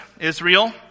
Israel